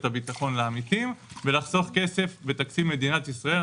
את הביטחון לעמיתים ולחסוך כסף בתקציב מדינת ישראל,